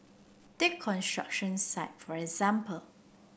take construction site for example